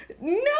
No